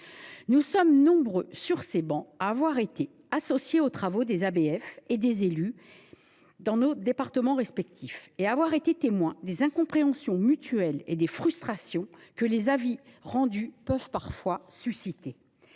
ces travées, nombre d’entre nous ont été associés aux travaux des ABF et des élus dans nos départements respectifs. Nous avons ainsi été les témoins des incompréhensions mutuelles et des frustrations que les avis rendus peuvent parfois susciter.